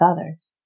others